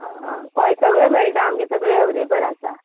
आं हां हय सगळे मेळटा आमगे सगळें अवेलॅबल आसा